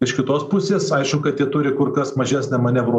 iš kitos pusės aišku kad jie turi kur kas mažesnę manevro